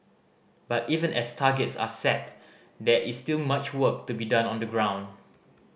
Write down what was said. but even as targets are set there is still much work to be done on the ground